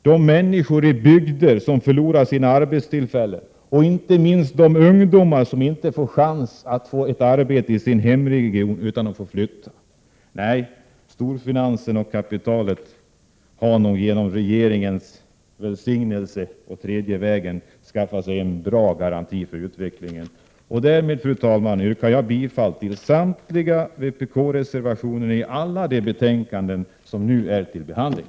Det är arbetare och människor i bygder som förlorar sina arbetstillfällen, och inte minst ungdomar som inte får chans att få ett arbete i sin hemregion utan måste flytta. Nej, storfinansen och kapitalet har nog med regeringens välsignelse och tredje vägen skaffat sig en bra garanti för utvecklingen. Med detta, fru talman, yrkar jag bifall till samtliga vpk-reservationer i alla de betänkanden som nu är uppe till behandling.